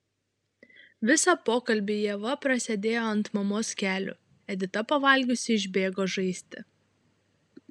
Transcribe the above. visą pokalbį ieva prasėdėjo ant mamos kelių edita pavalgiusi išbėgo žaisti